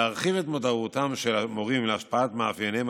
להרחיב את מודעותם של המורים להשפעת מאפייניהם